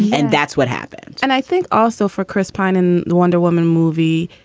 and that's what happened. and i think also for chris pine and the wonder woman movie,